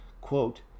quote